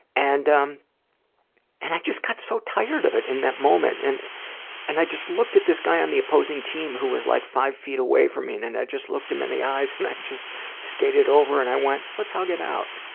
and um and i just got so tired of it in that moment, and and i just looked at this guy on the opposing team who was, like, five feet away from me and i just looked him in the eyes and i just skated over and i went, let's hug it out.